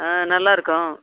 ஆ நல்லாயிருக்கும்